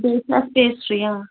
بیٚیہِ چھِ اکھ پیسٹری ٲں